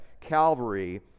Calvary